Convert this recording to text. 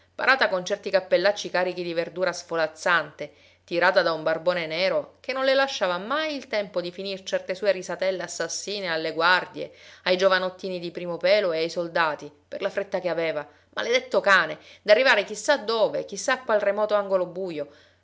parata con certi cappellacci carichi di verdura svolazzante tirata da un barbone nero che non le lasciava mai il tempo di finir certe sue risatelle assassine alle guardie ai giovanottini di primo pelo e ai soldati per la fretta che aveva maledetto cane d'arrivare chi sa dove chi sa a qual remoto angolo bujo